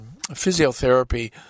physiotherapy